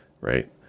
right